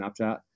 Snapchat